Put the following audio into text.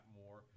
more